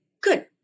good